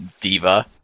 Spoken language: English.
Diva